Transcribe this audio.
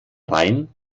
rhein